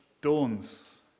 dawns